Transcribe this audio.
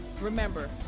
remember